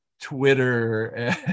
Twitter